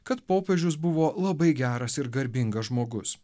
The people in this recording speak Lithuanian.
kad popiežius buvo labai geras ir garbingas žmogus